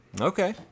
Okay